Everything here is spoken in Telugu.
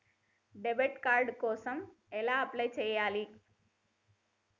డెబిట్ కార్డు కోసం ఎలా అప్లై చేయాలి?